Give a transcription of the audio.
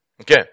Okay